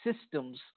systems